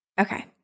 Okay